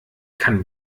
kann